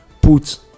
Put